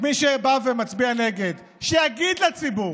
מי שבא ומצביע נגד שיגיד לציבור,